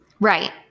Right